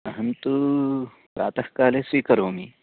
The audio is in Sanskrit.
अहं तु प्रातःकाले स्वीकरोमि